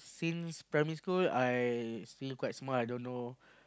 since primary school I still quite small I don't know